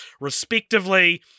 respectively